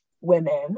women